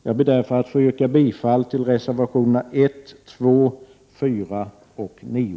Jag ber därför att få yrka bifall till reservationerna 1, 2, 4 och 9.